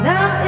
Now